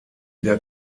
der